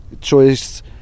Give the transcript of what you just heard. choice